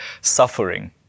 suffering